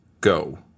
go